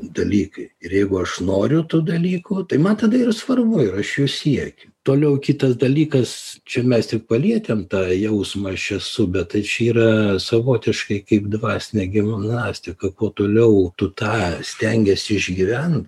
dalykai ir jeigu aš noriu tų dalykų tai man tada ir svarbu ir aš jų siekiu toliau kitas dalykas čia mes tik palietėm tą jausmą aš esu bet tai čia yra savotiškai kaip dvasinė gimnastika kuo toliau tu tą stengiesi išgyvent